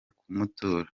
kumutora